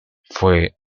fue